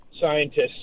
scientists